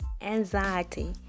anxiety